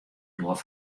doar